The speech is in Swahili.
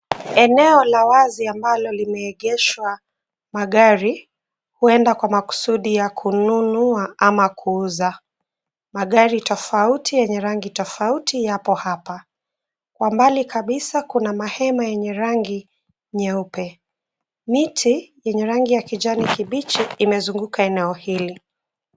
Eneo la wazi ambalo limeegeshwa magari, huenda kwa makusudi ya kununua ama kuuza. Magari tofauti yenye rangi tofauti, yapo hapa. Kwa mbali kabisa kuna mahema yenye rangi nyeupe. Miti yenye rangi ya kijani kibichi, imezunguka eneo hili.